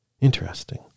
Interesting